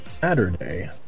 Saturday